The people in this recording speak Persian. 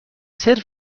سرو